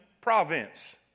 province